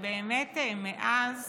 ומאז